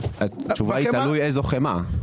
התשובה היא שתלוי איזו חמאה.